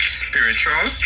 spiritual